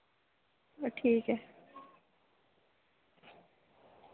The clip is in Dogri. ठीक ऐ